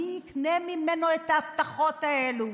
מי יקנה ממנו את ההבטחות האלה?